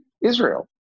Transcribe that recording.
Israel